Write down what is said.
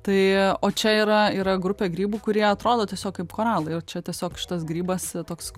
tai o čia yra yra grupė grybų kurie atrodo tiesiog kaip koralai ir čia tiesiog šitas grybas toks